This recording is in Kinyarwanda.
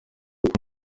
uko